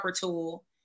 tool